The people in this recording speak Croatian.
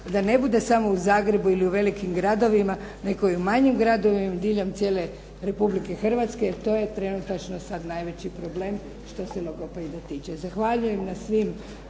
da ne bude samo u Zagrebu ili u velikim gradovima, nego i u manjim gradovima diljem cijele Republike Hrvatske. To je trenutačno sad najveći problem što se logopeda tiče. Zahvaljujem na svim